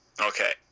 okay